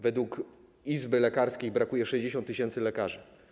Według izby lekarskiej brakuje 60 tys. lekarzy.